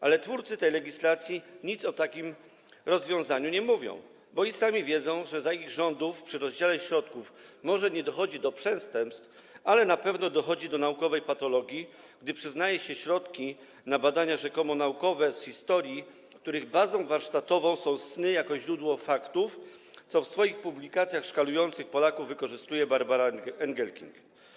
Ale twórcy tego projektu, tej legislacji nic o takim rozwiązaniu nie mówią, bo i sami wiedzą, że za ich rządów przy rozdziale środków może nie dochodzi do przestępstw, ale na pewno dochodzi do naukowej patologii, gdy przyznaje się środki na badania rzekomo naukowe z historii, których bazą warsztatową są sny jako źródło faktów, co w swoich publikacjach szkalujących Polaków wykorzystuje Barbara Engelking.